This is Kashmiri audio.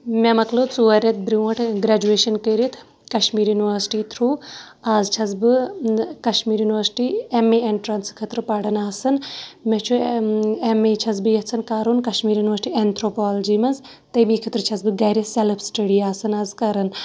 مےٚ مۄکلٲو ژورِ رٮ۪تھ برونٛٹھ گرٛیجُویشَن کٔرِتھ کَشمیٖر یوٗنیؤرسٹی تھرٛوٗ آز چھس بہٕ Kashmir university M A entrance خٲطرٕ پَران آسان مےٚ چھُ ایم اے چھس بہٕ یَژھان کَرُن کشمیٖر یوٗنیؤرسٹی اینتھرٛوپولجی منٛز تَمی خٲطرٕ چھس بہٕ گَرِ سیلٕف سٹَڈی آسان آز کَران